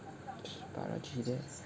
s~ balaji there